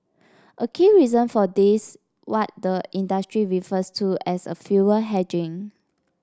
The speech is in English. a key reason for this what the industry refers to as a fuel hedging